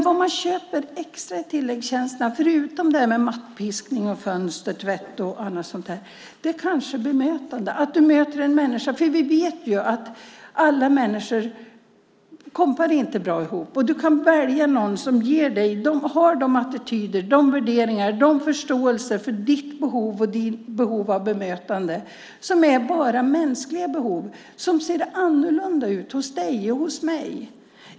Vad köper man extra i tilläggstjänsterna förutom mattpiskning, fönstertvätt och annat? Ja, det kanske är bemötande. Du möter en människa. Vi vet att alla människor inte kompar bra ihop. Du kan då välja någon som har en viss attityd och vissa värderingar och som har förståelse för dina behov och ditt behov av bemötande. Det är bara mänskliga behov som ser annorlunda ut hos dig och hos mig.